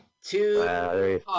Two